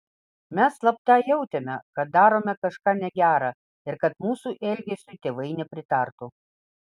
mes slapta jautėme kad darome kažką negera ir kad mūsų elgesiui tėvai nepritartų